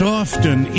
often